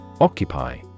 Occupy